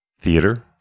theater